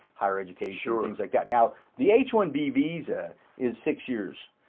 higher education, things like that. now the h one b visa is six years,